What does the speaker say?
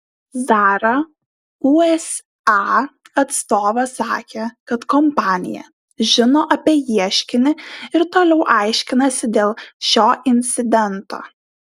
zara usa atstovas sakė kad kompanija žino apie ieškinį ir toliau aiškinasi dėl šio incidento